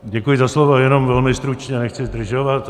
Děkuji za slovo, jenom velmi stručně, nechci zdržovat.